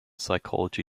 psychology